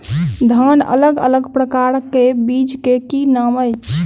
धान अलग अलग प्रकारक बीज केँ की नाम अछि?